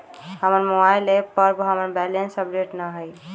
हमर mobile app पर हमर बैलेंस अपडेट न हई